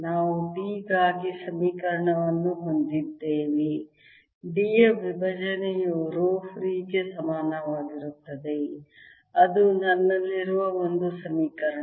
ನಾವು D ಗಾಗಿ ಸಮೀಕರಣಗಳನ್ನು ಹೊಂದಿದ್ದೇವೆ D ಯ ವಿಭಜನೆಯು ರೋ ಫ್ರೀ ಗೆ ಸಮಾನವಾಗಿರುತ್ತದೆ ಅದು ನನ್ನಲ್ಲಿರುವ ಒಂದು ಸಮೀಕರಣ